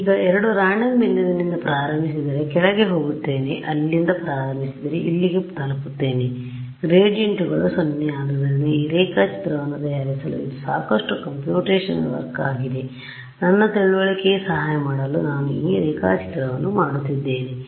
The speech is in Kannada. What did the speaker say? ಆದ್ದರಿಂದಈಗ ರಾಂಡಮ್ ಬಿಂದುವಿನಿಂದ ಪ್ರಾರಂಭಿಸಿದರೆ ಕೆಳಗೆ ಹೋಗುತ್ತೇನೆ ನಾನು ಇಲ್ಲಿಂದ ಪ್ರಾರಂಭಿಸಿದರೆ ನಾನು ಇಲ್ಲಿಗೆ ತಲುಪುತ್ತೇನೆ ಗ್ರೇಡಿಯಂಟ್ಗಳು 0 ಆದ್ದರಿಂದ ಈ ರೇಖಾಚಿತ್ರವನ್ನು ತಯಾರಿಸಲು ಇದು ಸಾಕಷ್ಟು ಕಂಪ್ಯೂಟೇಶನಲ್ ವರ್ಕ್ ಆಗಿದೆ ನನ್ನ ತಿಳುವಳಿಕೆಗೆ ಸಹಾಯ ಮಾಡಲು ನಾನು ಈ ರೇಖಾಚಿತ್ರವನ್ನು ಮಾಡುತ್ತಿದ್ದೇನೆ